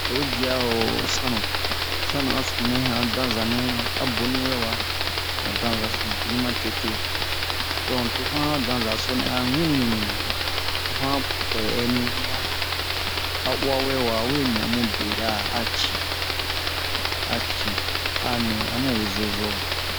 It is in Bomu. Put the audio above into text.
Oyi dia ho sanu sanu a sunu nɛ han a danza nɛ a boni wɛ wa han danza so boni ma tete don to han danza so nɛ a wini nini ho han pɛ'ɛni wian a uwa wɛ wa a we nɛ a mu bera a ci a ci a nɛ amu we zozo